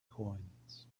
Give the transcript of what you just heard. coins